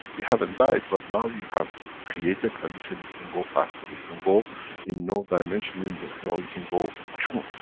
you haven't died, but now you have created a condition you can go faster. you can go in no dimension in you can go pschunk.